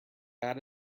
add